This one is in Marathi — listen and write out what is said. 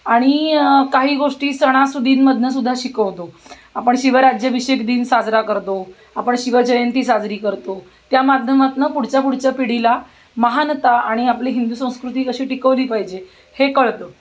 आणि काही गोष्टी सणासुदींमधनं सुद्धा शिकवतो आपण शिवराज्याभिषेक दिन साजरा करतो आपण शिवजयंती साजरी करतो त्या माध्यमातनं पुढच्या पुढच्या पिढीला महानता आणि आपली हिंदू संस्कृती कशी टिकवली पाहिजे हे कळतं